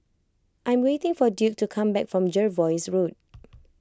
I'm waiting for Duke to come back from Jervois Road